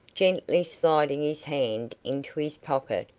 gently sliding his hand into his pocket,